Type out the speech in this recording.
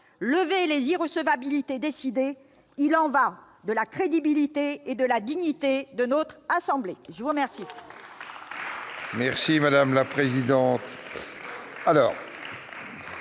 levez les irrecevabilités décidées, il y va de la crédibilité et de la dignité de notre assemblée ! Y a-t-il